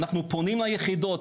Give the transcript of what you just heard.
אנחנו פונים ליחידות,